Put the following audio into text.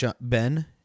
Ben